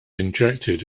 injected